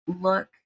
look